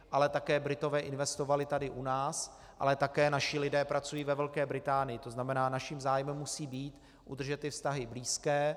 Ale také Britové investovali tady u nás, ale taky naši lidé pracují ve Velké Británii, tzn. naším zájmem musí být udržet ty vztahy blízké.